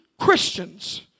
Christians